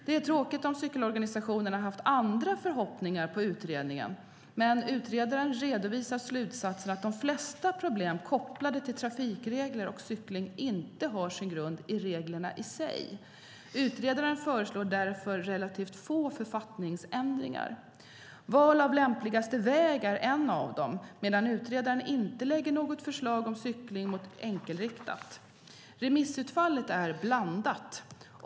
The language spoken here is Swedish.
Det är tråkigt om cykelorganisationerna haft andra förhoppningar på utredningen, men utredaren redovisar slutsatsen att de flesta problem kopplade till trafikregler och cykling inte har sin grund i reglerna i sig. Utredaren föreslår därför relativt få författningsändringar. Val av lämpligaste väg är en av dem, medan utredaren inte lägger fram något förslag om cykling mot enkelriktat. Remissutfallet är blandat.